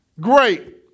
Great